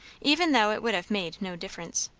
even though it would have made no difference.